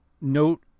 note